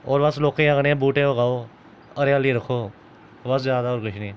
होर अस लोकें आक्खने बूह्टे लगाओ हरेयाली रक्खो बस ज्यादा होर किश नी